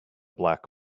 black